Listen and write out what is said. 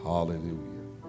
Hallelujah